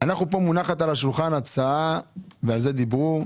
מונחת על השולחן הצעה, ועל זה דיברו,